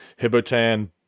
Hibotan